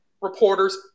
reporters